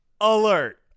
alert